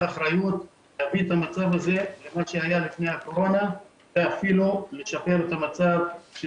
אחריות להביא את המצב להיות כפי שהיה קודם ואפילו לשפר את המצב.